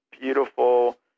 beautiful